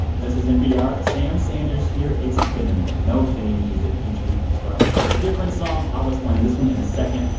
this is npr. sam sanders here. it's been a minute. no theme music, each week we start with a different song. i'll explain this one in a second.